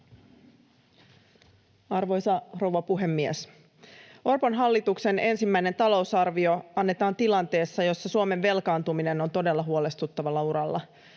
Arvoisa rouva puhemies! Orpon hallituksen ensimmäinen talousarvio annetaan tilanteessa, jossa Suomen velkaantuminen on todella huolestuttavalla uralla,